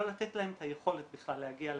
לא לתת להם את היכולת בכלל להגיע לאפשרות.